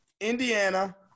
Indiana